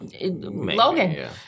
Logan